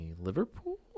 Liverpool